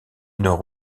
nord